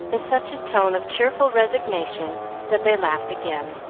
in such a tone of cheerful resignation that they laughed again,